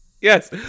Yes